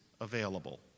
available